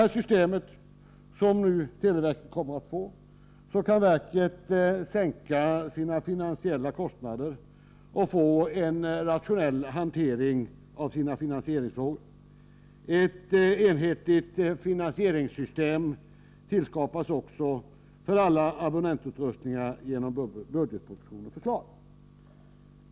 Genom detta nya system kan televerket minska sina finansieringskostnader och få en rationell hantering av sina finansieringsfrågor. Ett enhetligt finansieringssystem för alla abonnentutrustningar tillskapas också genom budgetpropositionens förslag.